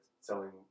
selling